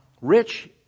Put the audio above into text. Rich